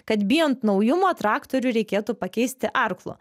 kad bijant naujumo traktorių reikėtų pakeisti arklu